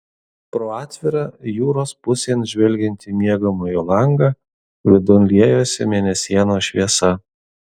pro atvirą jūros pusėn žvelgiantį miegamojo langą vidun liejosi mėnesienos šviesa